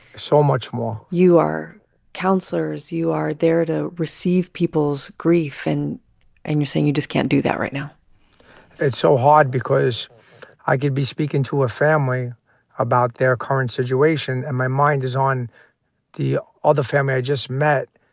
so much more you are counselors. you are there to receive people's grief, and and you're saying you just can't do that right now it's so hard because i could be speaking to a family about their current situation, and my mind is on the other family i just met.